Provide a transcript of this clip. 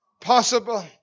possible